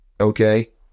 okay